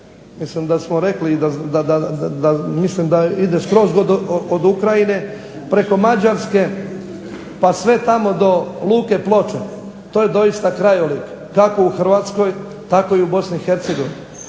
mislim da ide skroz od Ukrajine preko Mađarske, pa sve tamo do luke Ploče, to je doista krajolik kako u Hrvatskoj tako i u Bosni